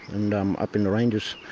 and um up in the ranges,